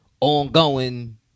ongoing